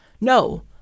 No